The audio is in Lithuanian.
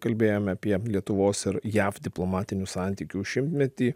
kalbėjom apie lietuvos ir jav diplomatinių santykių šimtmetį